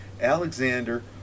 Alexander